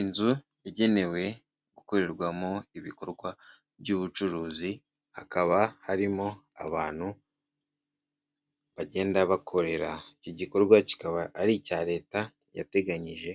Inzu yagenewe gukorerwamo ibikorwa by'ubucuruzi hakaba harimo abantu bagenda bakorera iki gikorwa kikaba ari icya leta yateganyije